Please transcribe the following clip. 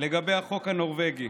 לגבי החוק הנורבגי.